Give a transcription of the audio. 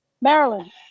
Maryland